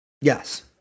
Yes